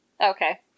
Okay